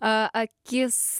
a akis